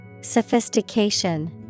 Sophistication